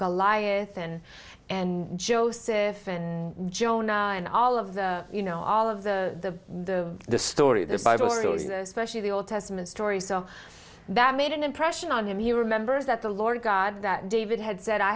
goliath and and joseph and jonah and all of the you know all of the the the story the site also is especially the old testament stories are that made an impression on him he remembers that the lord god that david had said i